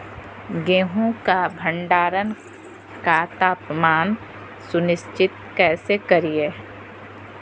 गेहूं का भंडारण का तापमान सुनिश्चित कैसे करिये?